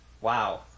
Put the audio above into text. wow